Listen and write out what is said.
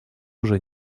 уже